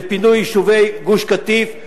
בפינוי יישובי גוש-קטיף,